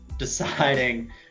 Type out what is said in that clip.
deciding